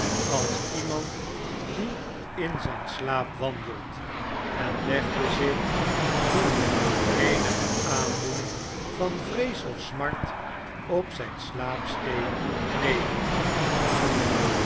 als iemand die in zijn slaap wandelt en legde zich wonder eenige aandoening van vreesof smart op zijne slaapstee neder